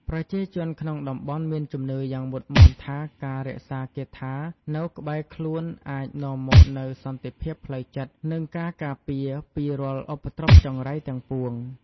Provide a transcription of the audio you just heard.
ប្រជាជនក្នុងតំបន់មានជំនឿយ៉ាងមុតមាំថាការរក្សាគាថានៅក្បែរខ្លួនអាចនាំមកនូវសន្តិភាពផ្លូវចិត្ត និងការការពារពីរាល់ឧបទ្រពចង្រៃទាំងពួង។